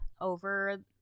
over